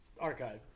archive